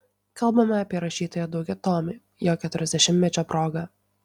kalbame apie rašytojo daugiatomį jo keturiasdešimtmečio proga